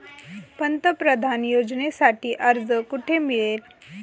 पंतप्रधान योजनेसाठी अर्ज कुठे मिळेल?